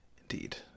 indeed